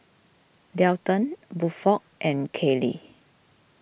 Delton Buford and Kayli